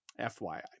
FYI